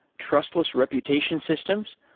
trustless reputation systems,